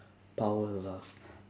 powers ah